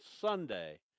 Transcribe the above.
Sunday